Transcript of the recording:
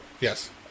Yes